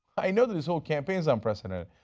i know this whole campaign is unprecedented,